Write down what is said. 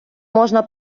можна